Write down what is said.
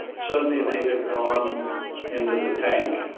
suddenly they have gone into the tank.